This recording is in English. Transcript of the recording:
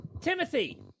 Timothy